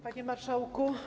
Panie Marszałku!